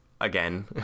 Again